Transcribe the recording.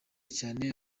cyane